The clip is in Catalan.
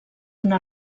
una